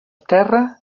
terra